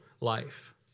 life